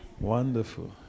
Wonderful